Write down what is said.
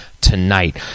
tonight